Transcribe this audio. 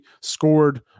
scored